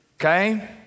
okay